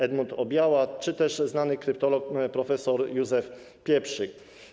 Edmund Obiała czy też znany kryptolog prof. Józef Pieprzyk.